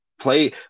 play